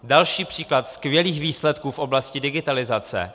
Další příklad skvělých výsledků v oblasti digitalizace.